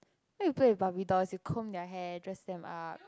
why you play with Barbie dolls you comb their hair dress them up